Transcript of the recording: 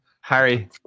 Harry